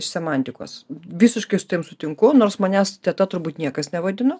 iš semantikos visiškai sutinku nors manęs teta turbūt niekas nevadino